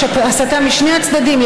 יש הסתה משני הצדדים,